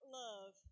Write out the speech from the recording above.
love